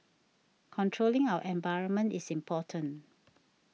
controlling our environment is important